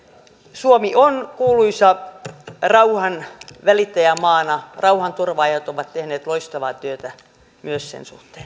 suomi on kuuluisa rauhanvälittäjämaana rauhanturvaajat ovat tehneet loistavaa työtä myös sen suhteen